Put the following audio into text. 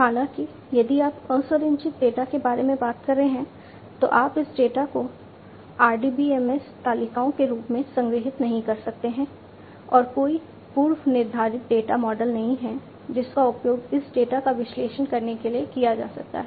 हालाँकि यदि आप असंरचित डेटा के बारे में बात कर रहे हैं तो आप इस डेटा को RDBMS तालिकाओं के रूप में संग्रहीत नहीं कर सकते हैं और कोई पूर्वनिर्धारित डेटा मॉडल नहीं है जिसका उपयोग इस डेटा का विश्लेषण करने के लिए किया जा सकता है